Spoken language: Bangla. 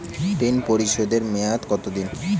ঋণ পরিশোধের মেয়াদ কত দিন?